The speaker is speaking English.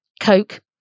Coke